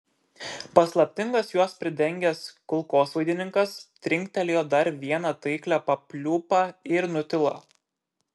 paslaptingas juos pridengęs kulkosvaidininkas trinktelėjo dar vieną taiklią papliūpą ir nutilo